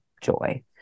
joy